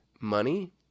money